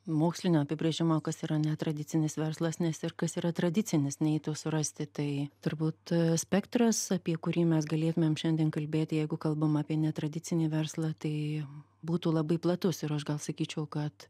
mokslinio apibrėžimo kas yra netradicinis verslas nes ir kas yra tradicinis neitų surasti tai turbūt spektras apie kurį mes galėtumėm šiandien kalbėti jeigu kalbama apie netradicinį verslą tai būtų labai platus ir aš gal sakyčiau kad